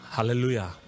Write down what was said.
Hallelujah